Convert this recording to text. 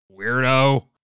weirdo